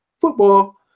Football